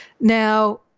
Now